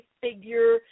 figure